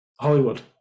Hollywood